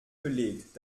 belegt